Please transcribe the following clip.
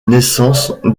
naissance